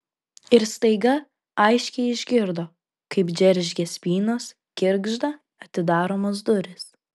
ir staiga aiškiai išgirdo kaip džeržgia spynos girgžda atidaromos durys